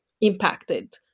impacted